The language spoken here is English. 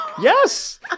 Yes